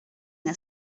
nka